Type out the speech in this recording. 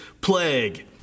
plague